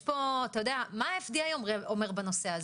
מה ה-FDA אומר בנושא?